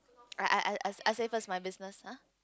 I I I I I say first my business [huh]